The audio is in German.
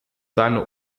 seine